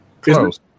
close